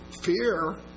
fear